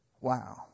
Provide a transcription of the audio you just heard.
Wow